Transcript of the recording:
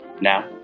Now